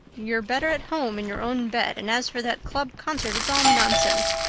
you're better at home in your own bed, and as for that club concert, it's all nonsense,